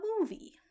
movie